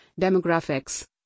demographics